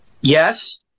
Yes